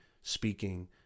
speaking